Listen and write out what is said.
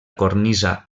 cornisa